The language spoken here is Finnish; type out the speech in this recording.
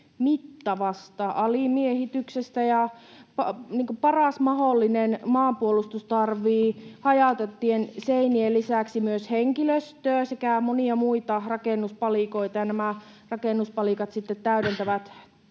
mittavasta alimiehityksestä, ja paras mahdollinen maanpuolustus tarvitsee hajautettujen seinien lisäksi myös henkilöstöä sekä monia muita rakennuspalikoita, ja nämä rakennuspalikat sitten täydentävät